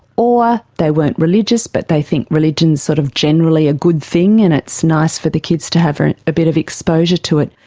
or they weren't religious but they think religion's sort of generally a good thing and it's nice for the kids to have and a bit of exposure to it.